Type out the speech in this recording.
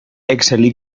excel·lí